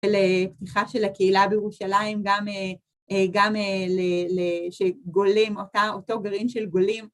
לפתיחה של הקהילה בירושלים, גם לגולים, אותו גרעין של גולים.